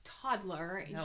Toddler